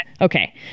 Okay